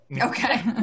Okay